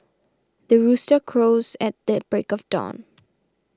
the rooster crows at the break of dawn